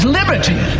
liberty